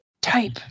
Type